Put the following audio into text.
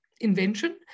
invention